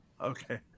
okay